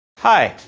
hi,